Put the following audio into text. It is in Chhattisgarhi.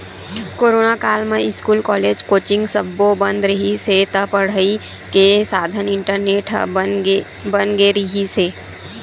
कोरोना काल म इस्कूल, कॉलेज, कोचिंग सब्बो बंद रिहिस हे त पड़ई के साधन इंटरनेट ह बन गे रिहिस हे